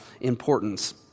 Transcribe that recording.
importance